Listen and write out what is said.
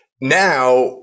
now